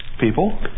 people